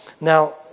Now